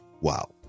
wow